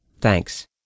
Thanks